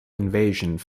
invasions